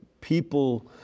people